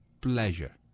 pleasure